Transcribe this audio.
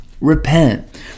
repent